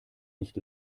nicht